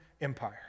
Empire